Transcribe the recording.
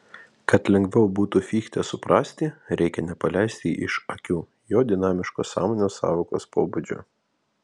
kad lengviau būtų fichtę suprasti reikia nepaleisti iš akių jo dinamiško sąmonės sąvokos pobūdžio